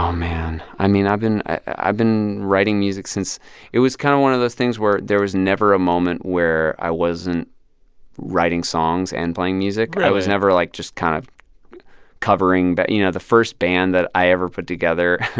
um man. i mean, i've been i've been writing music since it was kind of one of those things where there was never a moment where i wasn't writing songs and playing music really? i was never, like, just kind of covering. but you know, the first band that i ever put together